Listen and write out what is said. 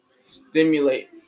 stimulate